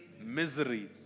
misery